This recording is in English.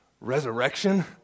resurrection